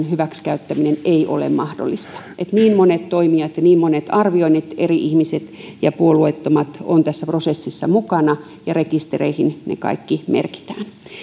hyväksikäyttäminen ei ole mahdollista niin monet toimijat ja niin monet arvioinnit eri ihmiset ja puolueettomat ovat tässä prosessissa mukana ja rekistereihin ne kaikki merkitään